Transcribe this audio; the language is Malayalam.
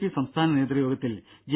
പി സംസ്ഥാന നേതൃയോഗത്തിൽ ജെ